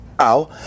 ow